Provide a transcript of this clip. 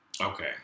Okay